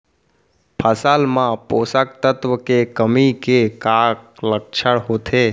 फसल मा पोसक तत्व के कमी के का लक्षण होथे?